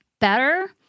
better